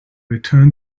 return